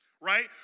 right